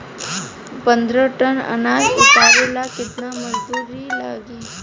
पन्द्रह टन अनाज उतारे ला केतना मजदूर लागी?